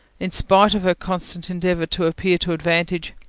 in spite of her constant endeavour to appear to advantage.